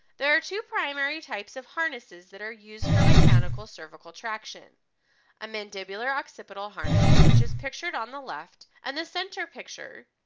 there are two primary types of harnesses that are used for mechanical cervical traction a mandibular occipital harness which is pictured on the left and the center picture,